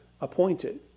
appointed